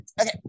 okay